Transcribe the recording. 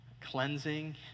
cleansing